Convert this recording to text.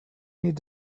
need